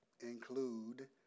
include